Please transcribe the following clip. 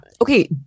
Okay